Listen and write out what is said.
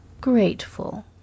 grateful